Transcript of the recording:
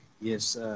Yes